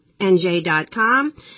NJ.com